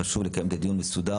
חשוב לנו לקיים דיון מסודר,